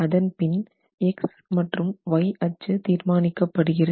அதன்பின் X மற்றும் Y அச்சு தீர்மானிக்கப்படுகிறது